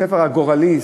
הספר הגורלי,